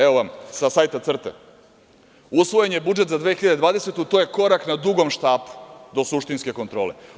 Evo vam sa sajta „Crte“ – usvojen je budžet za 2020. godinu, to je korak na dugom štapu do suštinske kontrole.